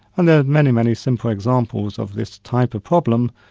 and there are many, many simple examples of this type of problem,